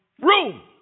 room